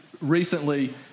recently